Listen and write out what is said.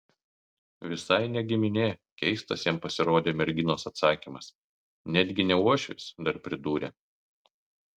visai ne giminė keistas jam pasirodė merginos atsakymas netgi ne uošvis dar pridūrė